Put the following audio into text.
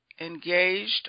engaged